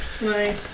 Nice